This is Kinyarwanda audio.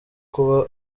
kuba